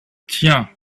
tiens